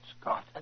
Scott